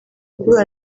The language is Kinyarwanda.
guhura